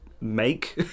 make